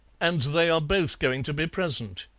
and they are both going to be present.